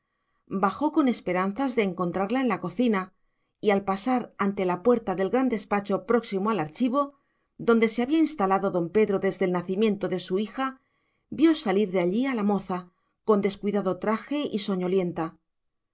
bajó con esperanzas de encontrarla en la cocina y al pasar ante la puerta del gran despacho próximo al archivo donde se había instalado don pedro desde el nacimiento de su hija vio salir de allí a la moza en descuidado traje y